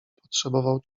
potrzebował